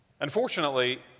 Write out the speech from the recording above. Unfortunately